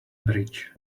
bridge